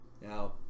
Now